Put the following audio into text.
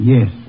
Yes